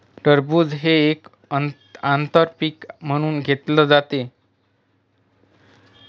टरबूज हे एक आंतर पीक म्हणून घेतले जाते